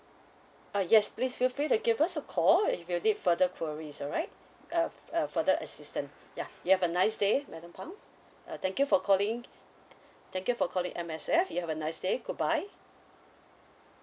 uh yes please feel free to give us a call if you need further queries alright uh uh for the assistant ya you have a nice day madam phang uh thank you for calling thank you for calling M_S_F you have a nice day goodbye